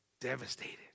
devastated